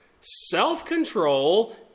self-control